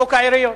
חוק העיריות,